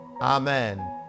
Amen